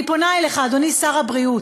אני פונה אליך, אדוני שר הבריאות,